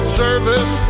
service